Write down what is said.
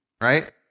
right